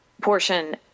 portion